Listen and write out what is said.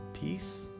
peace